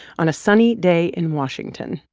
on a sunny day in washington.